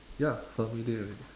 ya familiar already